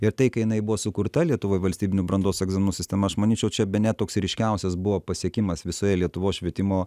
ir tai kai jinai buvo sukurta lietuvoj valstybinių brandos egzaminų sistema aš manyčiau čia bene toks ryškiausias buvo pasiekimas visoje lietuvos švietimo